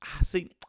See